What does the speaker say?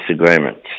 disagreements